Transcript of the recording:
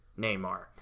Neymar